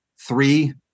three